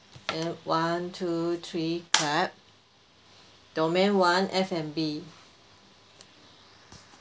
one two three clap domain one F&B